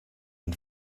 and